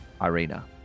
Irina